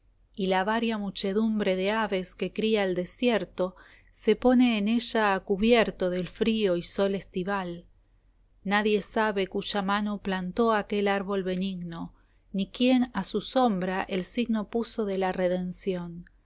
y la varia muchedumbre de aves que cría el desierto se pone en ella a cubierto del frío y sol estival nadie sabe cuya mano plantó aquel árbol benigno ni quién a su sombra el signo puso de la redención